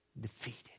defeated